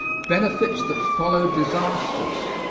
benefits that follow disasters.